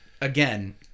Again